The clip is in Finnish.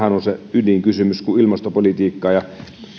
se ydinkysymys kun ilmastopolitiikasta ja